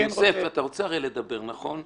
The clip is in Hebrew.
יוסף, אתה הרי רוצה שתהיה לך זכות דיבור, נכון?